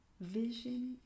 Vision